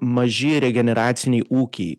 maži regeneraciniai ūkiai